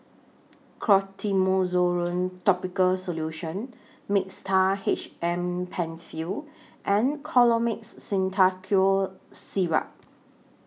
Clotrimozole Topical Solution Mixtard H M PenFill and Colimix Simethicone Syrup